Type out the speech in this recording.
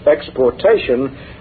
exportation